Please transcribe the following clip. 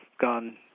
gone